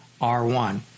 R1